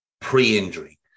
pre-injury